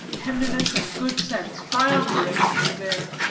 tenderness, and good sense triumvirate in his air.